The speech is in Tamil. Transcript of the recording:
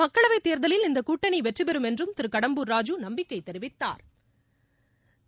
மக்களவை தேர்தலில் இந்த கூட்டணி வெற்றி பெறும் என்றும் திரு கடம்பூர் ராஜு நம்பிக்ககை தெரிவித்தாா்